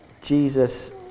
Jesus